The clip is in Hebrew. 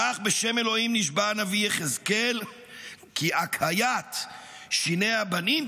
כך בשם אלוהים נשבע הנביא יחזקאל כי הקהיית שיני הבנים,